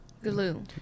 glue